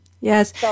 Yes